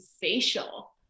facial